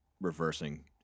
reversing